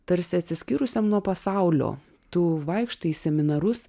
tarsi atsiskyrusiam nuo pasaulio tu vaikštai į seminarus